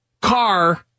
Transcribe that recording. car